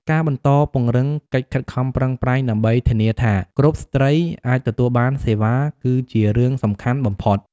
ការបន្តពង្រឹងកិច្ចខិតខំប្រឹងប្រែងដើម្បីធានាថាគ្រប់ស្ត្រីអាចទទួលបានសេវា គឺជារឿងសំខាន់បំផុត។